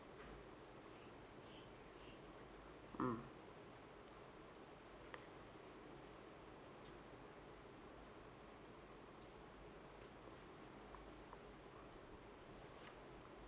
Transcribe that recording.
mm